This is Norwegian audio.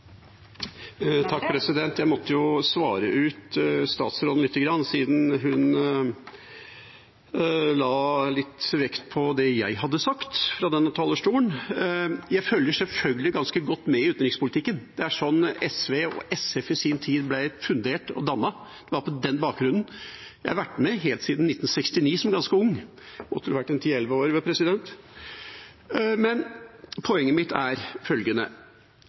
Jeg måtte jo svare statsråden, siden hun la litt vekt på det jeg hadde sagt fra denne talerstolen. Jeg følger selvfølgelig ganske godt med i utenrikspolitikken. Det er sånn SV og SF i sin tid ble fundert og dannet. Det var på den bakgrunnen. Jeg har vært med helt siden 1969, som ganske ung – jeg kan vel ha vært 10–11 år! Poenget mitt er følgende: